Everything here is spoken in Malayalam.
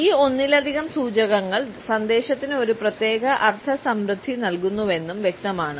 ഈ ഒന്നിലധികം സൂചകങ്ങൾ സന്ദേശത്തിന് ഒരു പ്രത്യേക അർഥ സമൃദ്ധി നൽകുന്നുവെന്നും വ്യക്തമാണ്